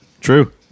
True